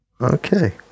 Okay